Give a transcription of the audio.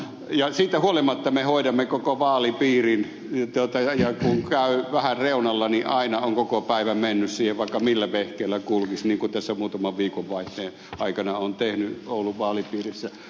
ja siitä huolimatta me hoidamme koko vaalipiirin ja kun käy vähän reunalla niin aina on koko päivä mennyt siihen vaikka millä vehkeellä kulkisi niin kuin tässä muutaman viikonvaihteen aikana olen tehnyt oulun vaalipiirissä